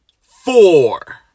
four